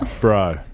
Bro